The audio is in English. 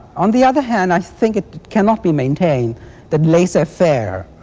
on the other hand, i think it cannot be maintained that laissez-faire